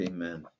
Amen